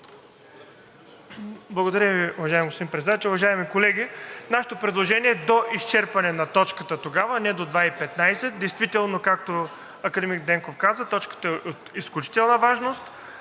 Благодаря Ви, уважаеми господин Председател. Уважаеми колеги, нашето предложение е до изчерпване на точката тогава, а не до 14,15 ч. Действително, както академик Денков каза, точката е от изключителна важност,